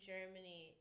Germany